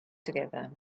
together